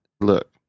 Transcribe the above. Look